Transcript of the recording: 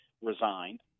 resigned